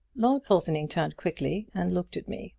lord porthoning turned quickly and looked at me.